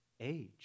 age